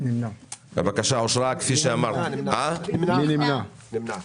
הצבעה בעד רוב גדול נגד אין נמנעים